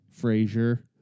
Frasier